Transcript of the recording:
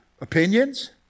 Opinions